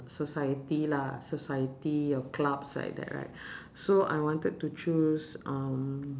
society lah society or clubs like that right so I wanted to choose um